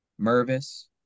Mervis